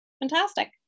fantastic